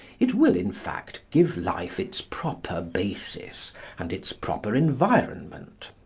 it will, in fact, give life its proper basis and its proper environment.